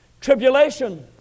Tribulation